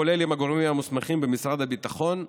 כולל עם הגורמים המוסמכים במשרד הביטחון,